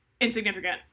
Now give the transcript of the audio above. insignificant